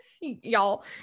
Y'all